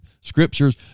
scriptures